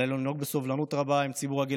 עלינו לנהוג בסובלנות רבה עם ציבור הגיל